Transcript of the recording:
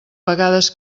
vegades